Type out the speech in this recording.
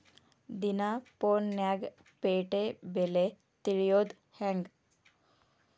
ದಿನಾ ಫೋನ್ಯಾಗ್ ಪೇಟೆ ಬೆಲೆ ತಿಳಿಯೋದ್ ಹೆಂಗ್?